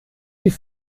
wie